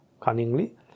cunningly